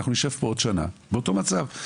נשב פה בעוד שנה באותו מצב.